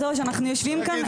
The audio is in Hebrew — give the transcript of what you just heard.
כשאנחנו מדברים על סוג משוואה,